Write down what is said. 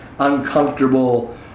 uncomfortable